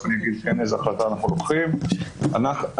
אנחנו עובדים בהתאם להנחיות משרד הבריאות ורשות